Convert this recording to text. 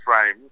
frame